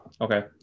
Okay